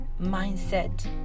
mindset